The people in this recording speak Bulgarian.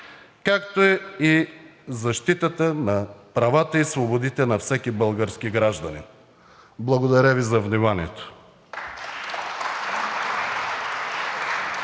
както и защитата на правата и свободите на всеки български гражданин. Благодаря Ви за вниманието.